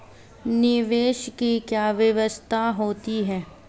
निवेश की क्या विशेषता होती है?